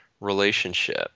relationship